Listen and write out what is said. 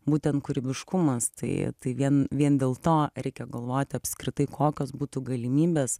būtent kūrybiškumas tai tai vien vien dėl to reikia galvoti apskritai kokios būtų galimybės